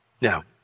Now